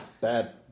Bad